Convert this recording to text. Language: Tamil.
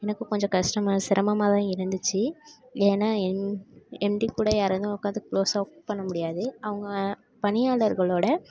எனக்கு கொஞ்சம் கஷ்டமாக சிரமமாகதான் இருந்திச்சு ஏன்னா என் எம்டி கூட யாராது உட்காந்து க்ளோஸ்சாக ஒர்க் பண்ண முடியாது அவங்க பணியாளர்களோட